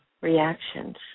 reactions